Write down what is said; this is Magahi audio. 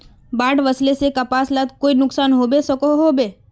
बाढ़ वस्ले से कपास लात कोई नुकसान होबे सकोहो होबे?